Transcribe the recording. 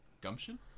gumption